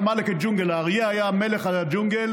(אומר בערבית ומתרגם:) האריה היה מלך הג'ונגל,